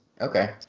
Okay